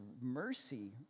mercy